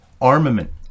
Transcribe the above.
armament